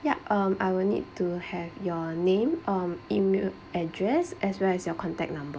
yup um I will need to have your name or email address as well as your contact number